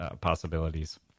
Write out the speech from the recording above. possibilities